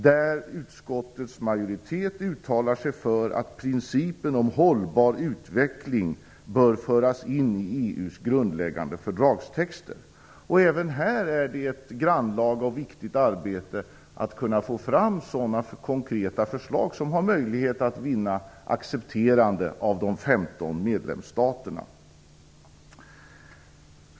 Där uttalar sig utskottets majoritet för att principen om en hållbar utveckling bör föras in i EU:s grundläggande fördragstexter. Även här är det ett grannlaga och viktigt arbete att få fram konkreta förslag som har möjlighet att vinna accepterande av de 15 medlemsstaterna.